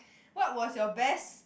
what was your best